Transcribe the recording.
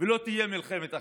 ולא תהיה מלחמת אחים.